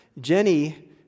Jenny